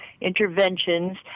interventions